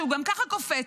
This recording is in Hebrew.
שהוא גם כך קופץ,